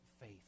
faith